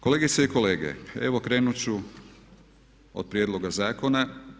Kolegice i kolege, evo krenut ću od prijedloga zakona.